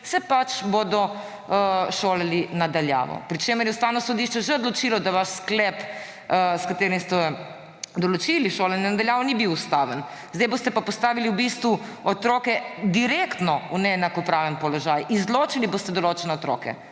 pač šolali na daljavo. Pri čemer je Ustavno sodišče že odločilo, da vaš sklep, s katerim ste določili šolanje na daljavo, ni bil ustaven. Zdaj boste pa postavili v bistvu otroke direktno v neenakopraven položaj, izločili boste določene otroke.